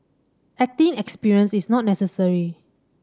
acting experience is not necessary